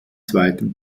zweiten